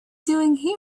doing